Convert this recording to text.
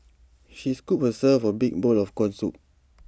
she scooped herself A big bowl of Corn Soup